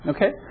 Okay